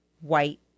white